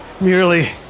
merely